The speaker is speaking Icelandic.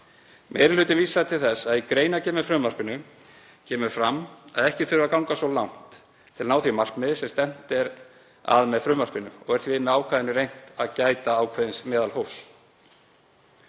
Meiri hlutinn vísar til þess að í greinargerð með frumvarpinu kemur fram að ekki þurfi að ganga svo langt til að ná því markmiði sem stefnt er að með frumvarpinu og er því með ákvæðinu reynt að gæta ákveðins meðalhófs.